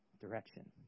Direction